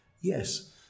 Yes